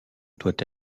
doit